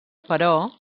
però